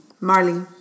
Marley